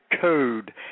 code